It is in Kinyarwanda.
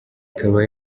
ikaba